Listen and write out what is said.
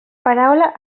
paraula